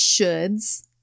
shoulds